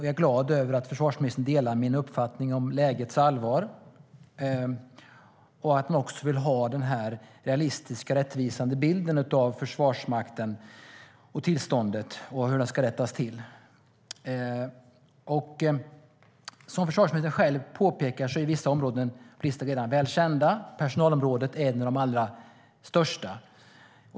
Jag är glad att försvarsministern delar min uppfattning om lägets allvar och att han vill ha den här realistiska, rättvisande bilden av Försvarsmakten, tillståndet och hur det ska rättas till. Som försvarsministern själv påpekar är bristerna på vissa områden redan väl kända. Personalområdet är ett av de allra största.